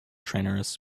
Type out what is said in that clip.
trainers